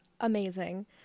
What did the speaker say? amazing